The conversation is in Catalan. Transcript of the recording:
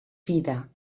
vida